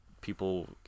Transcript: people